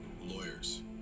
lawyers